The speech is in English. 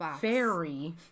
fairy